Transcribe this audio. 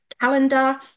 calendar